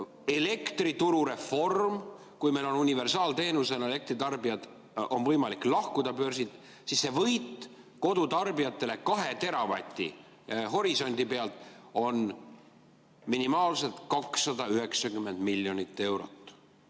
elektrituru reform. Kui meil on universaalteenusena elektri tarbijad, on võimalik lahkuda börsilt. See võit kodutarbijatele 2 teravati horisondi pealt on minimaalselt 290 miljonit eurot.